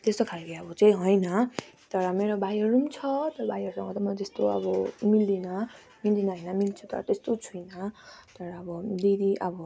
त्यस्तो खालको अब चाहिँ होइन तर मेरो भाइहरू पनि छ तर भाइहरूसँग त म त्यस्तो अब मिल्दिनँ मिल्दिनँ होइन मिल्छु तर त्यस्तो छुइनँ तर अब दिदी अब